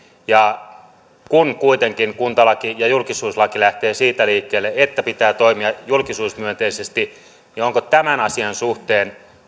kun kuitenkin kuntalaki ja julkisuuslaki lähtevät liikkeelle siitä että pitää toimia julkisuusmyönteisesti niin onko tämän asian suhteen